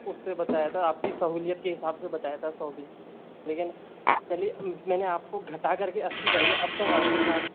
उससे बताया था आपकी सहूलियत के हिसाब से बताया था सौ भी लेकिन चलिए मैंने आपको घटा करके अस्सी कर दिया अब तो मानिए साहब